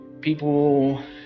People